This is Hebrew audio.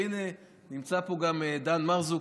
והינה נמצא פה גם דן מרזוק,